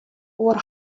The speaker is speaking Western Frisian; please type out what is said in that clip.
oer